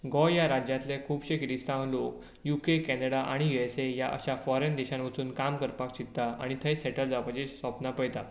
गोंय ह्या राज्यातलें खुबशें क्रिस्तांव लोक युके कॅनेडा आनी युएसए अश्या फोरेन देशांत वचून काम करपाक शिकता आनी थंय सेटल जावपाची स्वपना पळेतां